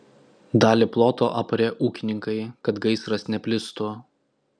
dalį ploto aparė ūkininkai kad gaisras neplistų